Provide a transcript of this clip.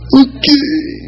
okay